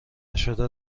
نشده